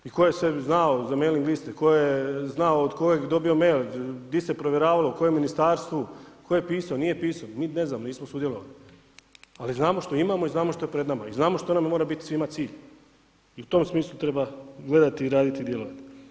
I tko je sve znao za mailing liste, tko je znao od kojeg je dobio mail, gdje se provjeravalo, u kojem ministarstvu, tko je pisao, nije pisao, mi ne znamo, nismo sudjelovali, ali znamo što imamo i znamo što je pred nama i znamo što nam mora bit svima cilj i u tom smislu treba gledati i raditi dijelove.